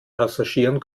passagieren